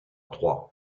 trois